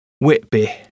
Whitby